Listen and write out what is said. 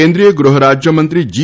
કેન્દ્રીય ગૃહરાજ્યમંત્રી જી